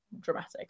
dramatic